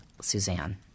Suzanne